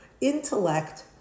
intellect